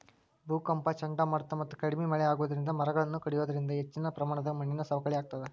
ಭೂಕಂಪ ಚಂಡಮಾರುತ ಮತ್ತ ಕಡಿಮಿ ಮಳೆ ಆಗೋದರಿಂದ ಮರಗಳನ್ನ ಕಡಿಯೋದರಿಂದ ಹೆಚ್ಚಿನ ಪ್ರಮಾಣದಾಗ ಮಣ್ಣಿನ ಸವಕಳಿ ಆಗ್ತದ